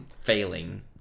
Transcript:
failing